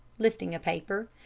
lifting a paper,